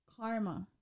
Karma